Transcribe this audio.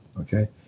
Okay